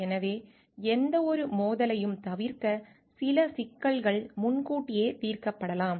எனவே எந்தவொரு மோதலையும் தவிர்க்க சில சிக்கல்கள் முன்கூட்டியே தீர்க்கப்படலாம்